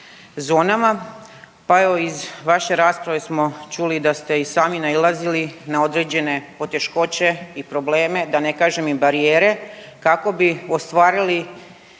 pa evo iz vaše rasprave smo čuli da ste i sami nailazili na određene poteškoće i probleme, da ne kažem i barijere, kako bi ostvarili namjeru,